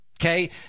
Okay